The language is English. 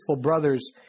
brothers